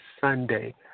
Sunday